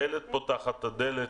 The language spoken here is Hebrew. הדיילת פותחת את הדלת,